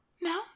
No